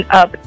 up